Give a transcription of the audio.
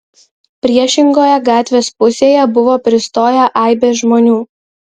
priešingoje gatvės pusėje buvo pristoję aibės žmonių